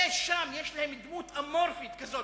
אי-שם יש להם דמות אמורפית כזאת.